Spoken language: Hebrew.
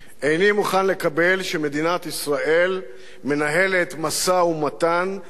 איני מוכן לקבל שמדינת ישראל מנהלת משא-ומתן עם